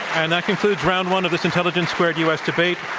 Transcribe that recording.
and that concludes round one of this intelligence squared u. s. debate,